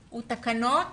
הוא תקנות